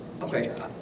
okay